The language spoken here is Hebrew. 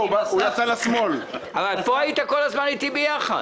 הרי פה היית כל הזמן איתי ביחד.